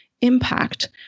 impact